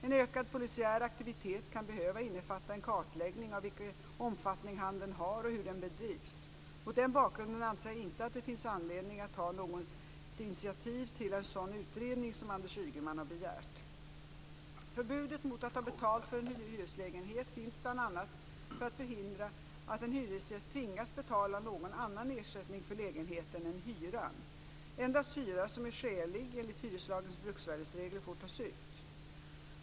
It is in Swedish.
En ökad polisiär aktivitet kan behöva innefatta en kartläggning av vilken omfattning handeln har och hur den bedrivs. Mot den bakgrunden anser jag inte att det finns anledning att ta något initiativ till en sådan utredning som Anders Ygeman har begärt. Förbudet mot att ta betalt för en hyreslägenhet finns bl.a. för att förhindra att en hyresgäst tvingas betala någon annan ersättning för lägenheten än hyran. Endast hyra som är skälig enligt hyreslagens bruksvärdesregel får tas ut.